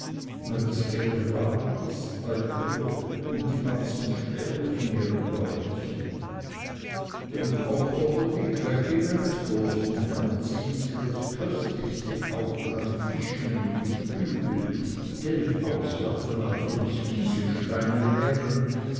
weil das geld rar ist bei ihr und die batzen spärlich in ihrem beutelchen den koch oder die köchin eines großen herrn sieht sie das köstlichste kaufen an fischen und geflügel geld auswerfen als ob es kieselsteine wären